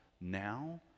now